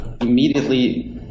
immediately